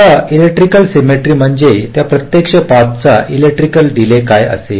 आता electrical symmetry म्हणजे या प्रत्येक पाथ चा इलेक्ट्रिकल डीले काय असेल